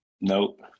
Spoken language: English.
Nope